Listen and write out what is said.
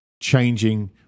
changing